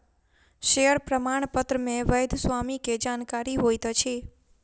share प्रमाणपत्र मे वैध स्वामी के जानकारी होइत अछि